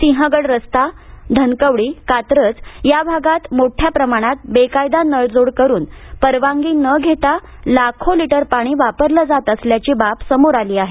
सिंहगड रस्ता धनकवडी कात्रज या भागात मोठ्या प्रमाणात बेकायदा नळजोड करून परवानगी न घेता लाखो लिटर पाणी वापरलं जात असल्याची बाब समोर आली आहे